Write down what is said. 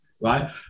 right